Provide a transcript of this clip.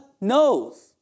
knows